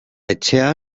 etxea